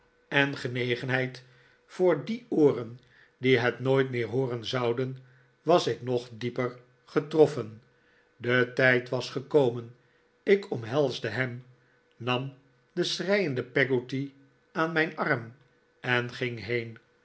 en droefenis heid voor die ooren die het nooit meer hooren zouden was ik nog dieper getroffen de tijd was gekomen ik omhelsde hem nam de schreiende peggotty aan mijn arm en ging heen